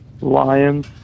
lions